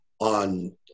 on